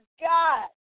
God